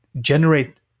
generate